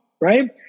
Right